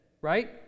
right